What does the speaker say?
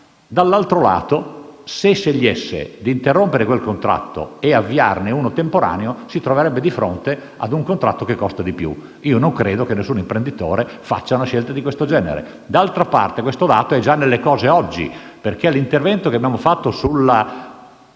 la necessità) e volesse interrompere quel contratto e avviarne uno temporaneo si troverebbe di fronte ad un contratto che costa di più. Non credo che nessun imprenditore faccia una scelta di questo genere. D'altra parte, questo dato è già nelle cose oggi. Infatti, con l'intervento che abbiamo fatto di